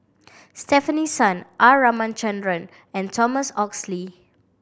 Stefanie Sun R Ramachandran and Thomas Oxley